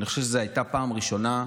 אני חושב שזו הייתה הפעם הראשונה,